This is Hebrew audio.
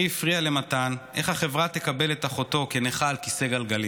הכי הפריע למתן איך החברה תקבל את אחותו כנכה על כיסא גלגלים.